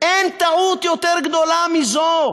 אין טעות יותר גדולה מזו.